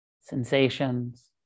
sensations